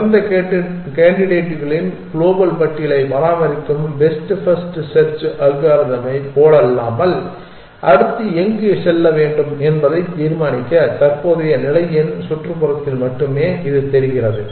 திறந்த கேண்டிடேட்களின் க்ளோபல் பட்டியலைப் பராமரிக்கும் பெஸ்ட் ஃபர்ஸ்ட் செர்ச் அல்காரிதமைப் போலல்லாமல் அடுத்து எங்கு செல்ல வேண்டும் என்பதைத் தீர்மானிக்க தற்போதைய நிலையின் சுற்றுப்புறத்தில் மட்டுமே இது தெரிகிறது